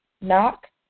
Knock